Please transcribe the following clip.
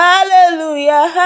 Hallelujah